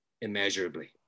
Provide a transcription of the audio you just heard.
immeasurably